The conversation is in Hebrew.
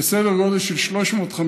לסדר גודל של 350,